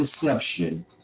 deception